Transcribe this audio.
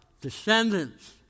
descendants